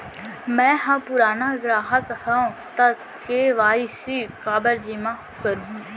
मैं ह पुराना ग्राहक हव त के.वाई.सी काबर जेमा करहुं?